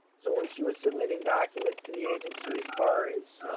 so when she was submitting documents to the agency as far as,